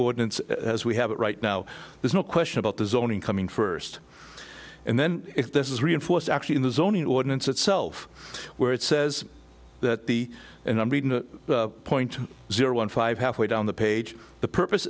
ordinance as we have it right now there's no question about the zoning coming first and then if this is reinforced actually in the zoning ordinance itself where it says that the and i'm reading that point zero one five halfway down the page the purpose